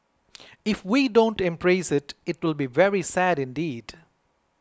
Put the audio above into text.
if we don't embrace it it'll be very sad indeed